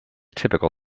typical